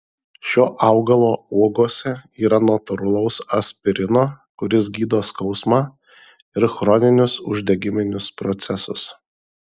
šio augalo uogose yra natūralaus aspirino kuris gydo skausmą ir chroninius uždegiminius procesus